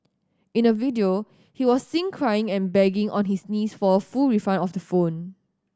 in a video he was seen crying and begging on his knees for a full refund of the phone